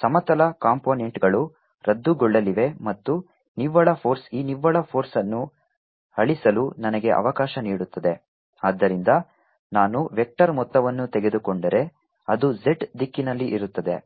ಸಮತಲ ಕಾಂಪೊನೆಂಟ್ಗಳು ರದ್ದುಗೊಳ್ಳಲಿವೆ ಮತ್ತು ನಿವ್ವಳ ಫೋರ್ಸ್ ಈ ನಿವ್ವಳ ಫೋರ್ಸ್ಅನ್ನು ಅಳಿಸಲು ನನಗೆ ಅವಕಾಶ ನೀಡುತ್ತದೆ ಆದ್ದರಿಂದ ನಾನು ವೆಕ್ಟರ್ ಮೊತ್ತವನ್ನು ತೆಗೆದುಕೊಂಡರೆ ಅದು z ದಿಕ್ಕಿನಲ್ಲಿ ಇರುತ್ತದೆ